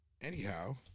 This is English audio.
Anyhow